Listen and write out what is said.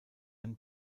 ein